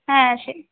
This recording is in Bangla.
হ্যাঁ সে